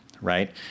right